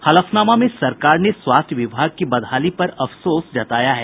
हलफनामा में सरकार ने स्वास्थ्य विभाग की बदहाली पर अफसोस जताया है